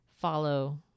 follow